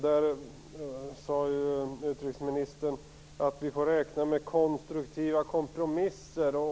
Utrikesministern sade att vi får räkna med konstruktiva kompromisser.